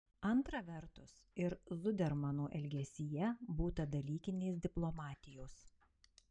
antra vertus ir zudermano elgesyje būta dalykinės diplomatijos